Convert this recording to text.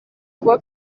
kuba